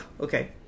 Okay